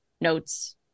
notes